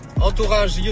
Entourage